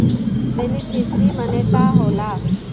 Beneficiary मने का होला?